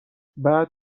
بعد